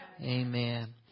Amen